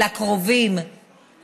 לקרובים,